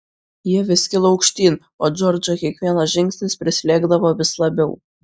jie vis kilo aukštyn o džordžą kiekvienas žingsnis prislėgdavo vis labiau